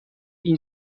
این